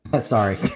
Sorry